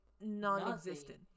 non-existent